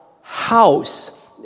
house